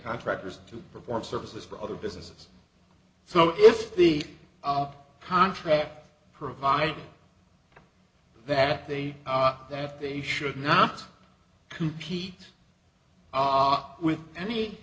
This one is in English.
contractors to perform services for other businesses so if the contract provides that they that they should not compete ott with any